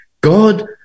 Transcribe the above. God